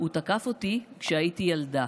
הוא תקף אותי כשהייתי ילדה,